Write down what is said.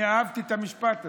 אני אהבתי את המשפט הזה.